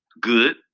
good